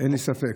אין לי ספק.